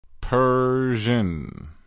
Persian